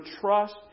trust